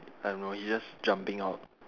I don't know he's just jumping off